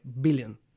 billion